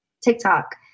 TikTok